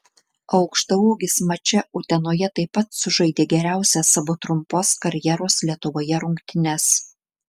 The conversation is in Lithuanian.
aukštaūgis mače utenoje taip pat sužaidė geriausias savo trumpos karjeros lietuvoje rungtynes